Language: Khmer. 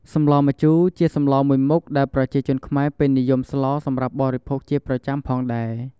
សម្លម្ជូរ ជាសម្លមួយមុខដែលប្រជាជនខ្មែរពេញនិយមស្លសម្រាប់បរិភោគជាប្រចាំផងដែរ។